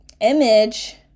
image